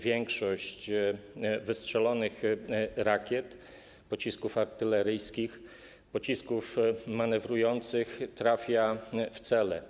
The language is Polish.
Większość wystrzelonych rakiet, pocisków artyleryjskich, pocisków manewrujących trafia w cele.